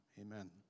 amen